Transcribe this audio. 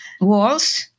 walls